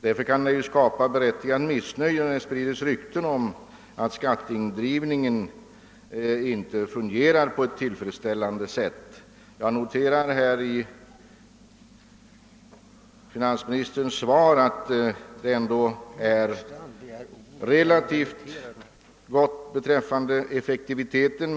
Det kan också skapa berättigat missnöje när det sprides rykten om att skatteindrivningen inte fungerar tillfredsställande. | Jag har med tillfredsställelse noterat att finansministern i sitt svar säger att effektiviteten i skatteindrivningen är relativt god.